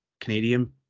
Canadian